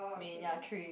main ya three